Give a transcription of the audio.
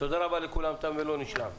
תם ולא נשלם.